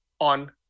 on